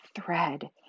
thread